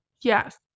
Yes